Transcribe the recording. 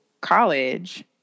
college